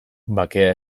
bakea